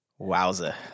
Wowza